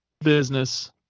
business